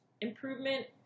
improvement